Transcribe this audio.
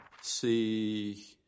see